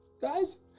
Guys